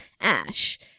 Ash